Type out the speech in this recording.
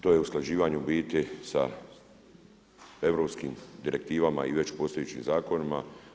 To je usklađivanje u biti sa europskim direktivama i već postojećim zakonima.